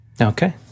Okay